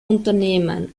unternehmen